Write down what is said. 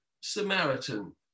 Samaritan